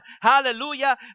Hallelujah